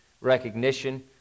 recognition